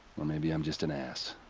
or maybe i'm just an ass.